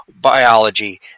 biology